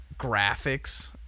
Graphics